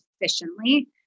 efficiently